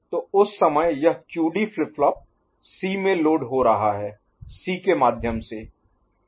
तो उस समय यह QD फ्लिप फ्लॉप C में लोड हो रहा है C के माध्यम से